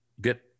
get